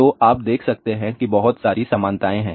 तो आप देख सकते हैं कि बहुत सारी समानताएं हैं